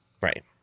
Right